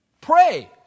pray